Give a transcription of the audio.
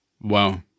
Wow